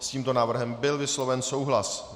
S tímto návrhem byl vysloven souhlas.